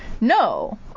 no